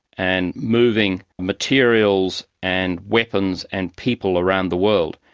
and moving materials and weapons and people around the world.